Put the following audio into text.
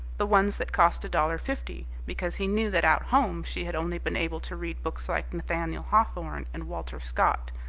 the ones that cost a dollar fifty, because he knew that out home she had only been able to read books like nathaniel hawthorne and walter scott,